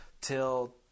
till